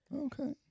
Okay